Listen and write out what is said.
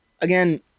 Again